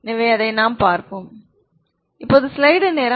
எனவே அதைத்தான் நாம் பார்ப்போம்